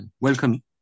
Welcome